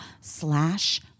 slash